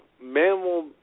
mammal